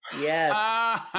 Yes